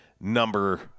number